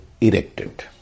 erected